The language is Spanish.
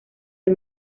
del